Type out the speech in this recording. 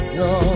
no